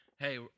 Hey